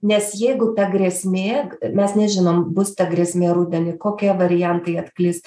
nes jeigu ta grėsmė mes nežinom bus ta grėsmė rudenį kokie variantai atklys